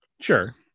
Sure